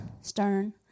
stern